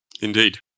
Indeed